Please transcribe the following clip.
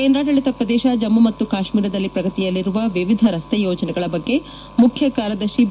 ಕೇಂದ್ರಾಡಳಿತ ಪ್ರದೇಶ ಜಮ್ನಿ ಕಾಶ್ಮೀರದಲ್ಲಿ ಪ್ರಗತಿಯಲ್ಲಿರುವ ವಿವಿಧ ರಸ್ತೆ ಯೋಜನೆಗಳ ಬಗ್ಗೆ ಮುಖ್ಯ ಕಾರ್ಯದರ್ಶಿ ಬಿ